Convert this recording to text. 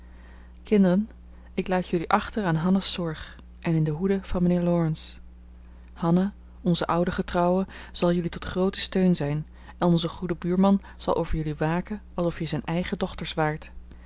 kinderen ik laat jullie achter aan hanna's zorg en in de hoede van mijnheer laurence hanna onze oude getrouwe zal jullie tot grooten steun zijn en onze goede buurman zal over jullie waken alsof je zijn eigen dochters waart